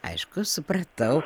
aišku supratau